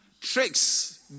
tricks